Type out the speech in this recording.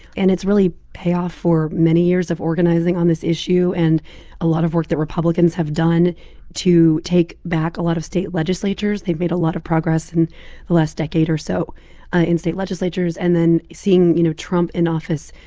and it's really payoff for many years of organizing on this issue and a lot of work that republicans have done to take back a lot of state legislatures. they've made a lot of progress in the last decade or so ah in state legislatures. and then seeing, you know, trump in office,